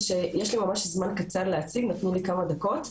שיש לי ממש זמן קצר להציג, נתנו לי כמה דקות,